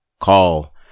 call